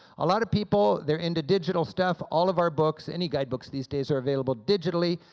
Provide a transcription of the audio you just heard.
a lot of people, they're into digital stuff, all of our books any guide books these days are available digitally.